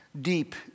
deep